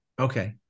Okay